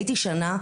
הייתי שנה,